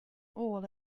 all